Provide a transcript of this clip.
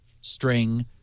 string